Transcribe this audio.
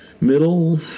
middle